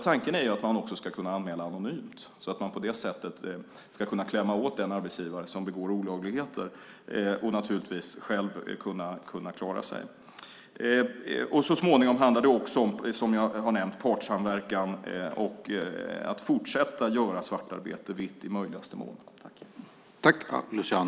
Tanken är att man också ska kunna anmäla anonymt och på det sättet klämma åt den arbetsgivare som begår olagligheter men naturligtvis själv kunna klara sig. Så småningom handlar det också, som jag nämnt, om partssamverkan och om att fortsätta att göra svartarbete vitt i möjligaste mån.